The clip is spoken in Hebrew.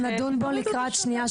אז נדון בו לקראת שנייה,